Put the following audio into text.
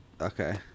Okay